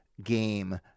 game